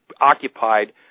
occupied